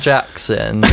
Jackson